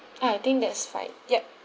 ah I think that is fine yup